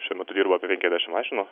šiuo metu dirba apie penkiasdešim mašinų